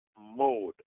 mode